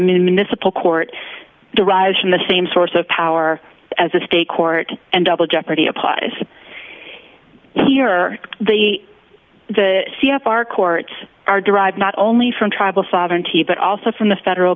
municipal court derives from the same source of power as a state court and double jeopardy applies here the c f r courts are derived not only from tribal sovereignty but also from the federal